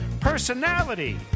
personality